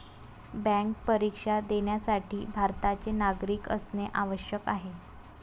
bank परीक्षा देण्यासाठी भारताचे नागरिक असणे आवश्यक आहे